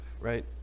right